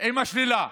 עם השלילה.